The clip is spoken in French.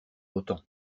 autant